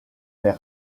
fait